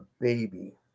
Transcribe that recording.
baby